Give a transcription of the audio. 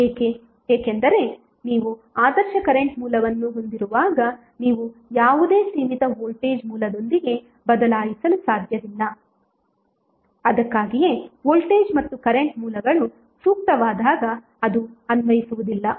ಏಕೆ ಏಕೆಂದರೆ ನೀವು ಆದರ್ಶ ಕರೆಂಟ್ ಮೂಲವನ್ನು ಹೊಂದಿರುವಾಗ ನೀವು ಯಾವುದೇ ಸೀಮಿತ ವೋಲ್ಟೇಜ್ ಮೂಲದೊಂದಿಗೆ ಬದಲಾಯಿಸಲು ಸಾಧ್ಯವಿಲ್ಲ ಅದಕ್ಕಾಗಿಯೇ ವೋಲ್ಟೇಜ್ ಮತ್ತು ಕರೆಂಟ್ ಮೂಲಗಳು ಸೂಕ್ತವಾದಾಗ ಅದು ಅನ್ವಯಿಸುವುದಿಲ್ಲ